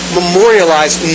memorialized